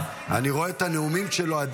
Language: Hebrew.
אני עדיין רואה את הנאומים שלו.